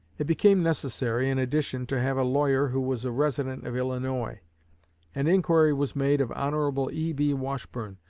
it became necessary, in addition, to have a lawyer who was a resident of illinois and inquiry was made of hon. e b. washburne,